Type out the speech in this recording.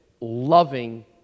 loving